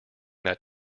that